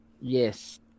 Yes